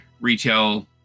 retail